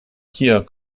kia